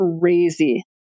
crazy